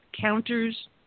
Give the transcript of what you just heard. counters